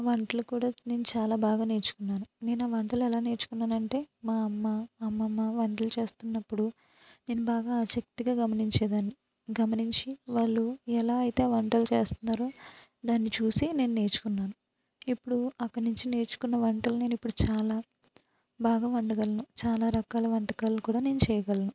ఆ వంటలు కూడా నేను చాలా బాగా నేర్చుకున్నాను నేను ఆ వంటలు ఎలా నేర్చుకున్నానంటే మా అమ్మ అమ్మమ్మ వంటలు చేస్తునప్పుడు నేను బాగా ఆసక్తిగా గమనించేదాన్ని గమనించి వాళ్ళు ఎలా అయితే ఆ వంటలు చేస్తున్నారో దాన్ని చూసి నేను నేర్చుకున్నాను ఇప్పుడు అక్కడ్నుంచి నేర్చుకున్న వంటలు నేనిప్పుడు చాలా బాగా వండగలను చాలా రకాల వంటకాలు కూడా నేను చేయగలను